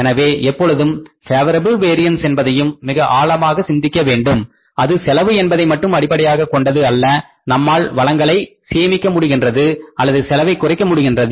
எனவே எப்பொழுதும் நீங்கள் பேவரபில் வேரியன்ஸ் என்பதையும் மிக ஆழமாக சிந்திக்க வேண்டும் அது செலவு என்பதை மட்டுமே அடிப்படையாகக் கொண்டது அல்ல நம்மால் வளங்கலை சேமிக்க முடிகின்றது அல்லது செலவை குறைக்க முடிகிறது